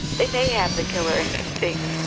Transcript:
they may have the killer instinct,